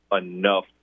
enough